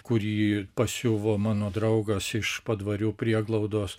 kurį pasiuvo mano draugas iš padvarių prieglaudos